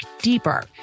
deeper